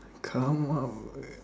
come up